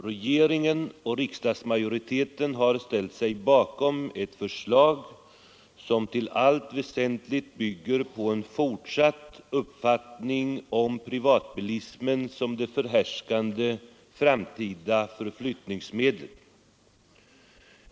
Regeringen och riksdagsmajoriteten har ställt sig bakom ett förslag som till allt väsentligt bygger på en fortsatt uppfattning om privatbilismen som det förhärskande framtida förflyttningsmedlet.